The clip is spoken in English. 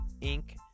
Inc